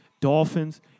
Dolphins